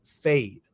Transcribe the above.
fade